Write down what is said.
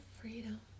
freedom